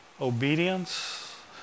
obedience